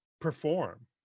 perform